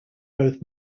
both